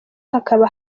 hakaba